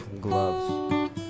gloves